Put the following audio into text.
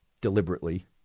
deliberately